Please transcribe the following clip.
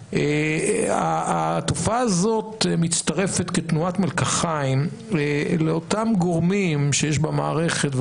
התופעה הזאת מצטרפת כתנועת מלקחיים לאותם גורמים שיש במערכת,